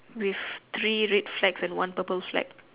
with three red flags and one purple flag